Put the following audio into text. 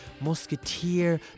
Musketeer